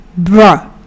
bruh